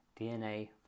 dna